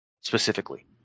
specifically